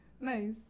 Nice